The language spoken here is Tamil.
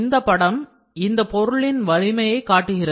இந்த படம் இந்த பொருளின் வலிமையை காட்டுகிறது